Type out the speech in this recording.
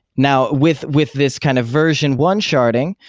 now, with with this kind of version one sharding,